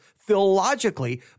philologically